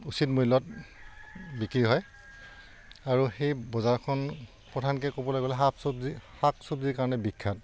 উচিত মূল্যত বিক্ৰী হয় আৰু সেই বজাৰখন প্ৰধানকৈ ক'বলৈ গ'লে শাক চব্জি শাক চব্জিৰ কাৰণে বিখ্যাত